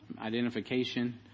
identification